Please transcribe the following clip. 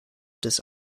des